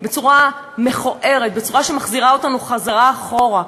בצורה מכוערת, בצורה שמחזירה אותנו אחורה.